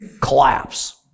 collapse